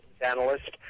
analyst